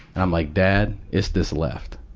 and i'm like, dad, it's this left.